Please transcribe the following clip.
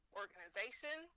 organization